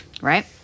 right